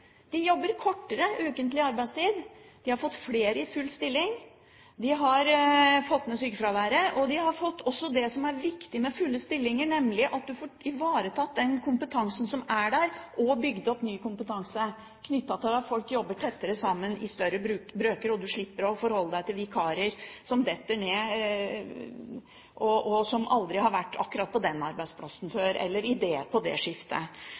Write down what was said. de har kortere ukentlig arbeidstid. De har fått flere i full stilling, og de har fått ned sykefraværet. De har også fått til det som er viktig med fulle stillinger, nemlig at man får ivaretatt den kompetansen som er der, og bygd opp ny kompetanse, knyttet til at folk jobber tettere sammen i større brøker. Man slipper da å forholde seg til vikarer som detter ned, og som aldri har vært på akkurat den arbeidsplassen før, eller på det skiftet.